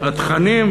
התכנים,